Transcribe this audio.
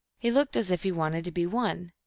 he looked as if he wanted to be won.